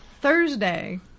Thursday